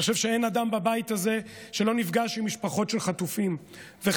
אני חושב שאין אדם בבית הזה שלא נפגש עם משפחות של חטופים וחטופות.